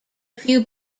few